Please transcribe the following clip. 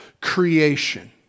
creation